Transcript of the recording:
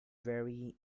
very